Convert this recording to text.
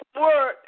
Word